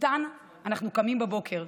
איתן אנו קמים בבוקר,